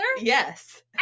Yes